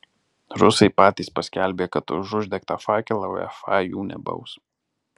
rusai patys paskelbė kad už uždegtą fakelą uefa jų nebaus